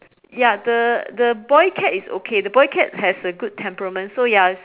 ya the the boy cat is okay the boy cat has a good temperament so ya